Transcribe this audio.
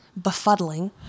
befuddling